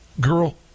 girl